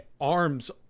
arms